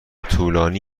طولانی